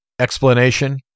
explanation